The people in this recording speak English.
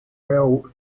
fell